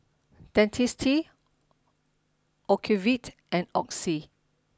Dentiste Ocuvite and Oxy